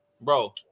bro